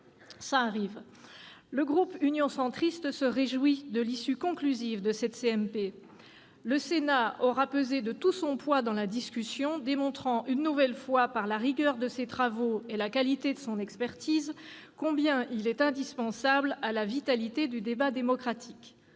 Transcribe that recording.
Ça arrive ! Le groupe Union Centriste se réjouit de l'issue conclusive de cette commission mixte paritaire. Le Sénat aura pesé de tout son poids dans la discussion, démontrant une nouvelle fois par la rigueur de ses travaux et la qualité de son expertise à quel point il est indispensable à la vitalité du débat démocratique.